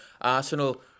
Arsenal